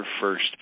first